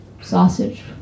sausage